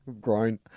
grown